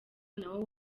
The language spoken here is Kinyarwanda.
nawo